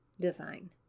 design